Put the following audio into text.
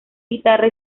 guitarra